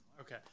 Okay